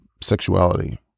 sexuality